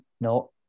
No